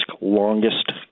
longest